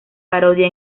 parodia